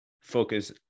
focus